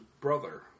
brother